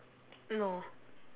no